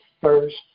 first